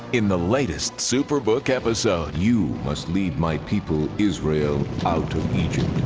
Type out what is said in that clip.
in the latest superbook episode. you must lead my people, israel, out of egypt.